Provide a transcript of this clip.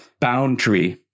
boundary